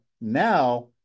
now